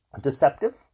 deceptive